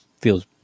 feels